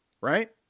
right